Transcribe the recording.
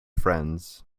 friends